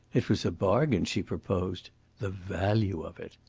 it was a bargain she proposed the value of it!